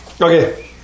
Okay